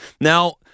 Now